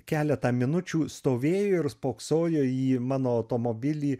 keletą minučių stovėjo ir spoksojo į mano automobilį